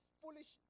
foolish